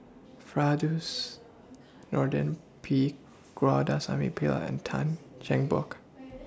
Nordin P Pillai and Tan Cheng Bock